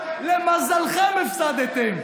למזלכם הפסדתם.